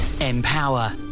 empower